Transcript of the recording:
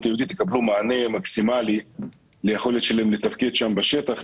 היהודית יקבלו מענה מקסימלי ליכולת שלהם לתפקד שם בשטח,